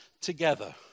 together